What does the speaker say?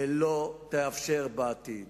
ולא תאפשר בעתיד.